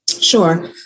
Sure